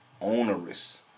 onerous